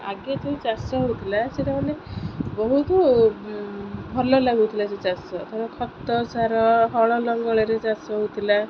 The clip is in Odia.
ଆଗେ ଯେଉଁ ଚାଷ ହେଉଥିଲା ସେଇଟା ମାନେ ବହୁତ ଭଲ ଲାଗୁଥିଲା ସେ ଚାଷ ଧର ଖତ ସାର ହଳ ଲଙ୍ଗଳରେ ଚାଷ ହେଉଥିଲା